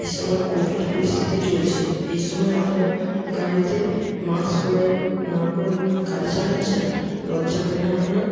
এই সময় কোভিড পরিস্থিতি চলছে এই সময় আপনার গাড়িতে মাস্ক পরে না পরে গাড়ি চালাছেন লজ্জা করে না আপনার